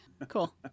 Cool